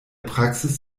praxis